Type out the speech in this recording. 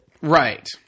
Right